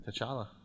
T'Challa